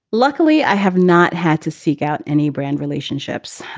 luckily, i have not had to seek out any brand relationships.